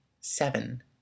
seven